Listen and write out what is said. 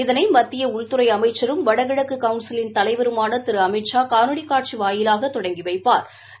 இதனை மத்திய உள்துறை அமைச்சரும் வடகிழக்கு கவுன்சிலின் தலைவருமான திரு அமித்ஷா காணொலி காட்சி வாயிலாக தொடங்கி வைப்பாா்